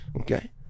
okay